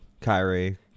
Kyrie